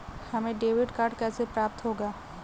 हमें debit card कैसे प्राप्त होगा?